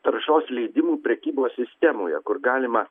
taršos leidimų prekybos sistemoje kur galima